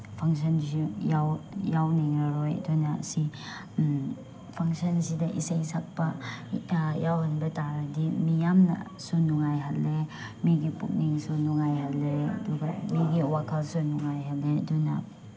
ꯐꯪꯁꯟꯁꯤꯁꯨ ꯌꯥꯎꯅꯤꯡꯉꯔꯣꯏ ꯑꯗꯨꯅ ꯁꯤ ꯐꯪꯁꯟꯁꯤꯗ ꯏꯁꯩ ꯁꯛꯄ ꯌꯥꯎꯍꯟꯕ ꯇꯥꯔꯗꯤ ꯃꯤꯌꯥꯝꯅꯁꯨ ꯅꯨꯡꯉꯥꯏꯍꯜꯂꯦ ꯃꯤꯒꯤ ꯄꯨꯛꯅꯤꯡꯁꯨ ꯅꯨꯡꯉꯥꯏꯍꯜꯂꯦ ꯑꯗꯨꯒ ꯃꯤꯒꯤ ꯋꯥꯈꯜꯁꯨ ꯅꯨꯡꯉꯥꯏꯍꯜꯂꯦ ꯑꯗꯨꯅ